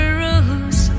rules